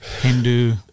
Hindu